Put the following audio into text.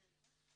כן.